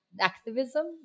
activism